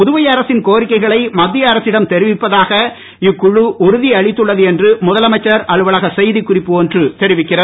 புதுவை அரசின் கோரிக்கைளை மத்திய இக்குழு உறுதியளித்துள்ளது என்று முதலமைச்சர் அலுவலக செய்தி குறிப்பு ஒன்று தெரிவிக்கிறது